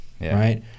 right